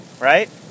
right